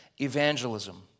evangelism